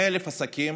100,000 עסקים